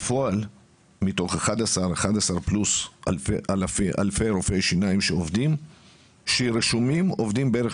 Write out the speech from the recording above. בפועל מתוך 11 אלפי רופאי שיניים עובדים כשרשומים עוברים בערך